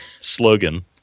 slogan